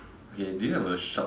okay do you have a shop